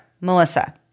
Melissa